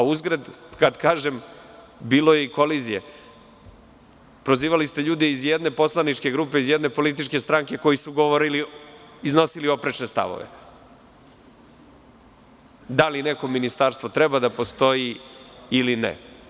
Uzgred, kad kažem – bilo je kolizije, prozivali ste ljude iz jedne poslaničke grupe, iz jedne političke stranke, koji su iznosili oprečne stavove, da li neko ministarstvo treba da postoji ili ne.